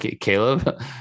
Caleb